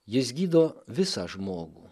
jis gydo visą žmogų